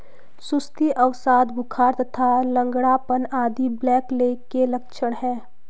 सुस्ती, अवसाद, बुखार तथा लंगड़ापन आदि ब्लैकलेग के लक्षण हैं